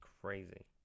crazy